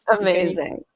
Amazing